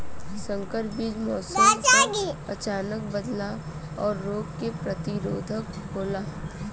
संकर बीज मौसम क अचानक बदलाव और रोग के प्रतिरोधक होला